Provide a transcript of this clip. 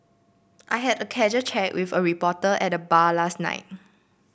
I had a casual chat with a reporter at the bar last night